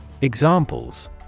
Examples